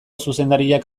zuzendariak